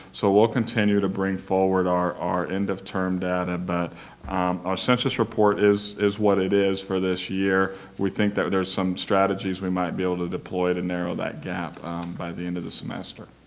so we'll continue to bring forward our our end of term data, but our census report is is what it is for this year. we think that there's some strategies we might be able to deploy to narrow that gap by the end of the semester.